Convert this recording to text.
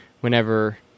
whenever